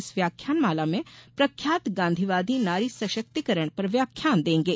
इस व्याख्यानमाला में प्रख्यात गांधीवादी नारी सशक्तिकरण पर व्याख्यान देंगे